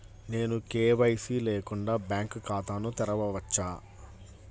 నేను కే.వై.సి లేకుండా బ్యాంక్ ఖాతాను తెరవవచ్చా?